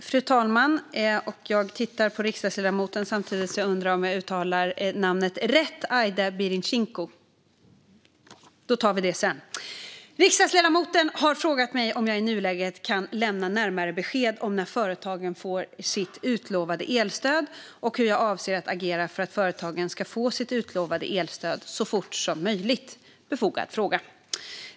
Fru talman! Aida Birinxhiku har frågat mig om jag i nuläget kan lämna närmare besked om när företagen får sitt utlovade elstöd och hur jag avser att agera för att företagen ska få sitt utlovade elstöd så fort som möjligt. Det är en befogad fråga.